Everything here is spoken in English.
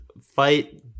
fight